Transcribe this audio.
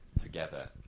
together